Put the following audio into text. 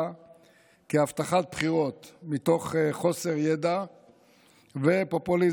כהבטחת בחירות מתוך חוסר ידע ופופוליזם,